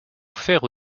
offerts